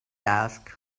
asked